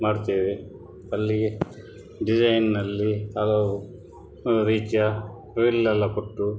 ಮಾಡುತ್ತೇವೆ ಅಲ್ಲಿ ಡಿಸೈನಿನಲ್ಲಿ ಹಲವು ರೀತಿಯ ಫ್ರಿಲ್ಲೆಲ್ಲ ಕೊಟ್ಟು